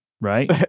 right